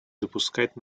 допускать